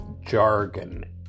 jargon